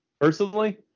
personally